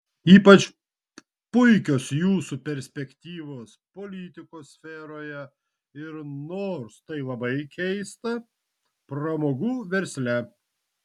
ypač puikios jūsų perspektyvos politikos sferoje ir nors tai labai keista pramogų versle